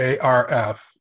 ARF